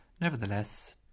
Nevertheless